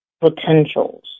potentials